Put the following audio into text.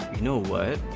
know what